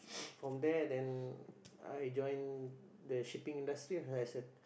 from there then I join the shipping industry lah like I said